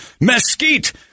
Mesquite